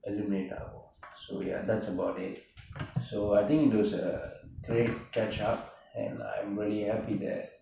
eliminate ஆகும்:aagum so ya that's about it so I think it was a great catch up and I'm really happy that